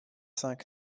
cinq